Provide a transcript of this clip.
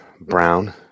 brown